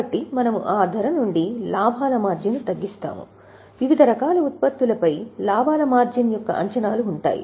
కాబట్టి మనము ఆ ధర నుండి లాభాల మార్జిన్ను తగ్గిస్తాము వివిధ రకాల ఉత్పత్తులపై లాభాల మార్జిన్ యొక్క అంచనాలు ఉంటాయి